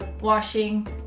washing